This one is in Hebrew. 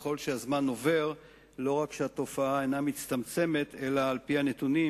וככל שהזמן עובר לא רק שהתופעה אינה מצטמצמת אלא על-פי הנתונים,